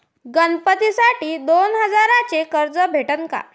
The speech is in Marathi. गणपतीसाठी दोन हजाराचे कर्ज भेटन का?